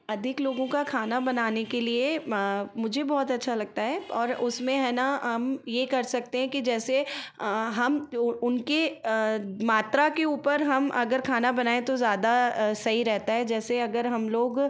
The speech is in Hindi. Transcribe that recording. अधिक लोगों का खाना बनाने के लिए मुझे बहुत अच्छा लगता है और उसमें हैं न हम यह कर सकते हैं कि जैसे हम जो उनके मात्रा के ऊपर हम अगर खाना बनाए तो ज़्यादा सही रहता है जैसे अगर हम लोग